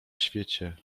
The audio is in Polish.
świecie